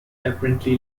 apparently